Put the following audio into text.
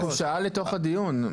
אנחנו שעה לתוך הדיון.